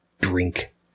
drink